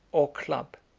or club,